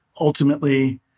ultimately